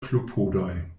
klopodoj